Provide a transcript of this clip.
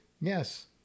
Yes